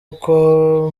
uko